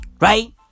Right